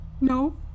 No